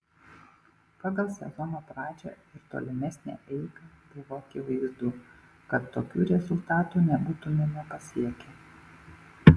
pagal sezono pradžią ir tolimesnę eigą buvo akivaizdu kad tokių rezultatų nebūtumėme pasiekę